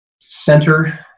center